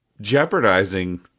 jeopardizing